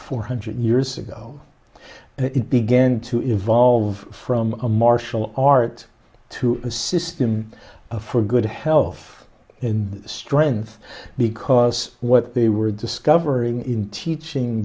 four hundred years ago and it began to evolve from a martial art to a system for good health and strength because what they were discovering in teaching